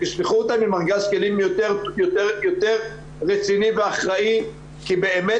תשלחו אותם עם ארגז כלים יותר רציני ואחראי' כי באמת